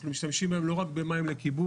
אנחנו משתמשים בהם לא רק במים לכיבוי,